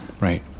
right